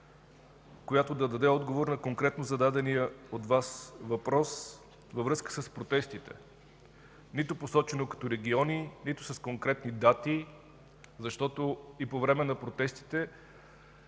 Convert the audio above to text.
която да даде отговор на конкретно зададения от Вас въпрос във връзка с протестите – нито посочване на региони, нито конкретни дати, защото по време на протестите